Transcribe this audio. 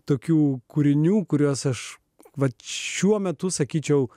tokių kūrinių kuriuos aš va šiuo metu sakyčiau